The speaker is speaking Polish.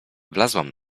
wlazłam